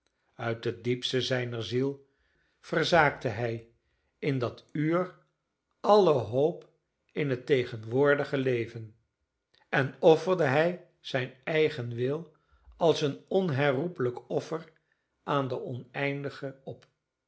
uit het diepste zijner ziel verzaakte hij in dat uur alle hoop in het tegenwoordige leven en offerde hij zijn eigen wil als een onherroepelijk offer aan den oneindige op